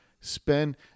spend